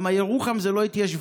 כי ירוחם זה לא התיישבות.